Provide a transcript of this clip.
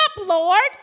Lord